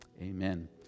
amen